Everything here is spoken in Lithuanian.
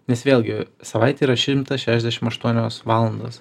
nes vėlgi savaitė yra šimta šešdešim aštuonios valandos